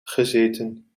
gezeten